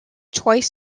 twice